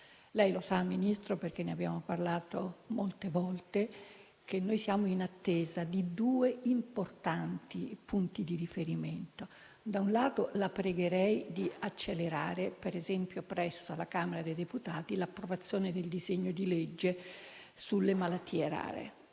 signor Vice Ministro, visto che ne abbiamo parlato molte volte, che siamo in attesa di due importanti punti di riferimento. Da un lato, la pregherei di accelerare, presso la Camera dei deputati, l'approvazione del disegno di legge sulle malattie rare.